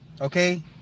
okay